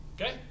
Okay